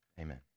amen